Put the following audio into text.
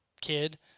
kid